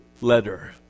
letter